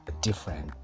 different